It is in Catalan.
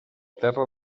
terra